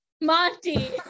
Monty